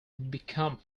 become